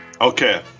Okay